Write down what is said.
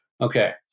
Okay